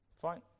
Fine